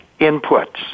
inputs